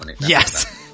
yes